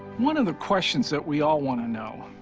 one of the questions that we all want to know,